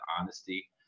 honesty